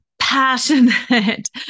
passionate